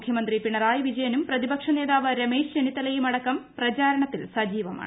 മുഖ്യമന്ത്രി പിണറായി വിജയനും പ്രതിപക്ഷനേതാവ് രിമേൽ ചെന്നിത്തലയും അടക്കം പ്രചരണത്തിൽ സജീവമാണ്